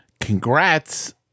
congrats